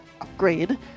upgrade